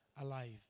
alive